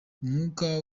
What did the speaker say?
umwuka